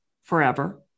forever